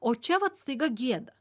o čia vat staiga gėda